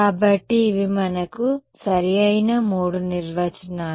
కాబట్టి ఇవి మనకు సరి అయిన 3 నిర్వచనాలు